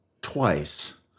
twice